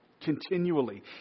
continually